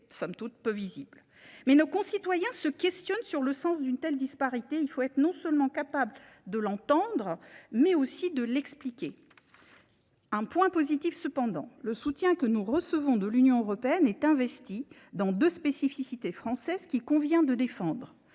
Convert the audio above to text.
somme toute peu visibles. Nos concitoyens se questionnent sur le sens d’une telle disparité et il faut être capable non seulement de l’entendre, mais aussi de l’expliquer. Un point positif cependant : le soutien que nous recevons de l’Union européenne est investi dans deux spécificités françaises qu’il convient de défendre.